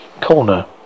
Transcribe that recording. corner